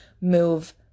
move